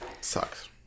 Sucks